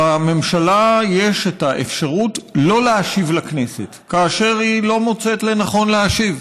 לממשלה יש את האפשרות שלא להשיב לכנסת כאשר היא לא מוצאת לנכון להשיב.